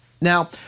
Now